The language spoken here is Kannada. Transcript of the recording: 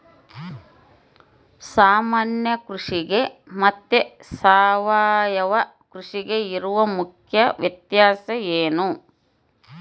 ಸಾಮಾನ್ಯ ಕೃಷಿಗೆ ಮತ್ತೆ ಸಾವಯವ ಕೃಷಿಗೆ ಇರುವ ಮುಖ್ಯ ವ್ಯತ್ಯಾಸ ಏನು?